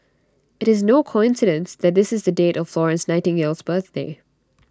IT is no coincidence that this is the date of Florence Nightingale's birthday